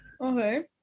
Okay